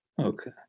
Okay